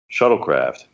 shuttlecraft